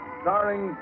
starring